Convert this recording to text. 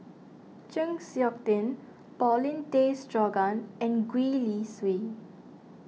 Chng Seok Tin Paulin Tay Straughan and Gwee Li Sui